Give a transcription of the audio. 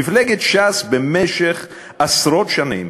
מפלגת ש"ס, במשך עשרות שנים